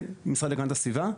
ומשרד להגנת הסביבה.